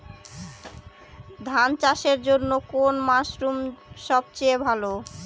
ধান চাষের জন্যে কোন মরশুম সবচেয়ে ভালো?